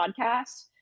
podcast